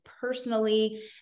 personally